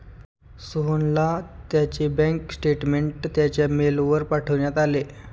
सोहनला त्याचे bank statement त्याच्या मेलवर पाठवण्यात आले